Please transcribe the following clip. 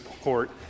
Court